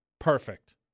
Perfect